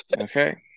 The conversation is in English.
Okay